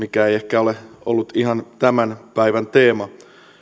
ei ehkä ole ollut ihan tämän päivän teema